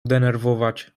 denerwować